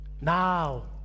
Now